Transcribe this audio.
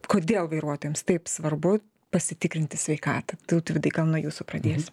kodėl vairuotojams taip svarbu pasitikrinti sveikatą tautvydai gal nuo jūsų pradėsiu